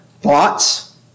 thoughts